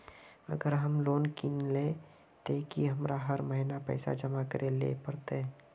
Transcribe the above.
अगर हम लोन किनले ते की हमरा हर महीना पैसा जमा करे ले पड़ते?